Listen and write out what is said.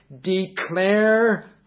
Declare